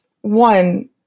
One